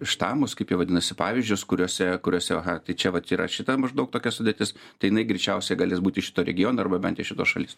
štamus kaip jie vadinasi pavyzdžius kuriuose kuriose aha tai čia vat yra šita maždaug tokia sudėtis tai jinai greičiausiai galės būti šito regiono arba bent jau šitos šalies